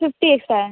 fifty X आहे